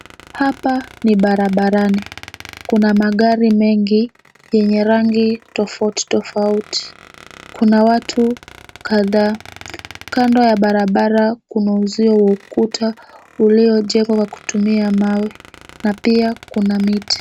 Hapa ni barabarani kuna magari mengi yenye rangi tofauti tofauti, kuna watu kadhaa, kando ya barabara kuna uzio wa ukuta uliojengwa kupitia mawe na pia kuna miti.